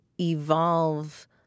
evolve